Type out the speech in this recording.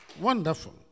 Wonderful